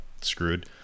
screwed